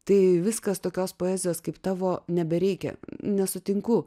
tai viskas tokios poezijos kaip tavo nebereikia nesutinku